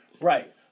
Right